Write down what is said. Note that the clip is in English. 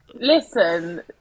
listen